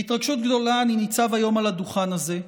בהתרגשות גדולה אני ניצב היום על הדוכן הזה,